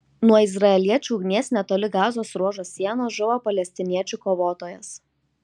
nuo izraeliečių ugnies netoli gazos ruožo sienos žuvo palestiniečių kovotojas